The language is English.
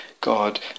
God